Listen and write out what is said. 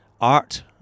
art